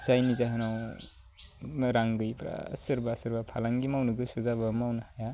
जायनि जाहोनाव रां गैयैफ्रा सोरबा सोरबा फालांगि मावनो गोसो जाबाबो मावनो हाया